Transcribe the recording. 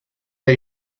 der